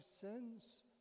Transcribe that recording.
sins